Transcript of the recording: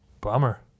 Bummer